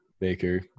Baker